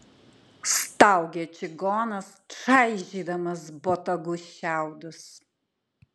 staugė čigonas čaižydamas botagu šiaudus